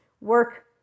work